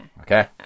okay